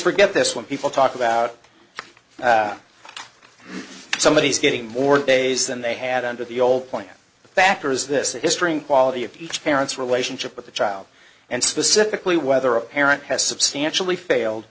forget this when people talk about somebodies getting more days than they had under the old point the factor is this history quality of each parents relationship with the child and specifically whether a parent has substantially failed